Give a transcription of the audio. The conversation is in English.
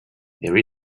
there